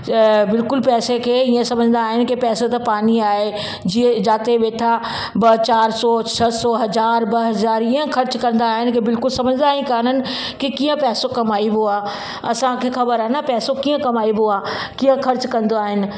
बिल्कुलु पैसे खे ईअं सम्झंदा आहिनि कि पैसो त पाणी आहे जीअं जाथे वेठा ॿ चारि सौ छह सौ हज़ार ॿ हज़ार ईअं ख़र्च कंदा आहिनि के बिल्कुलु सम्झंदा ई काननि कि कीअं पैसो कमाइबो आहे असांखे ख़बर आ्हे न पैसो कीअं कमाइबो आहे कीअं खर्च कंदो आहिनि